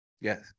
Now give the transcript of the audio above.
Yes